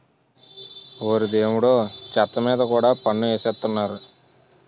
ఓరి దేవుడో చెత్త మీద కూడా పన్ను ఎసేత్తన్నారు